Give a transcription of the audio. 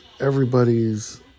everybody's